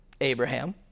Abraham